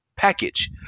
package